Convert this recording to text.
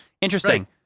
Interesting